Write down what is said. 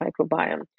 microbiome